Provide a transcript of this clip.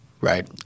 right